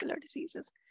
diseases